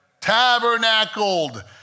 tabernacled